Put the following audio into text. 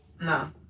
No